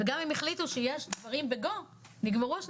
וגם אם החליטו שיש דברים בגו נגמרו 12